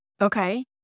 Okay